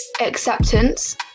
acceptance